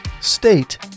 state